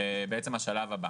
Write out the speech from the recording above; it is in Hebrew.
ואנחנו בעצם בשלב הבא.